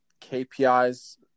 KPIs